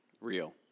real